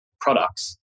products